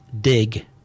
dig